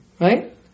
right